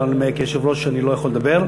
אבל כיושב-ראש איני יכול לדבר,